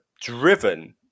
driven